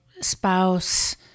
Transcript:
spouse